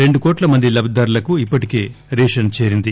రెండు కోట్ల మంది లబ్ది దారులకు ఇప్పటికే రేషన్ చేరింది